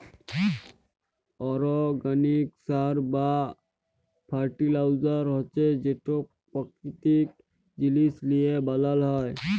organic সার বা fertiliser হছে যেট পাকিতিক জিলিস লিঁয়ে বালাল হ্যয়